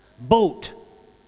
Boat